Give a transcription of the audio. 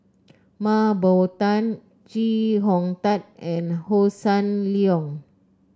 Mah Bow Tan Chee Hong Tat and Hossan Leong